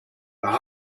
par